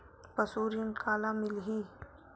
पशु ऋण काला मिलही?